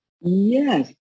Yes